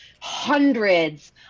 hundreds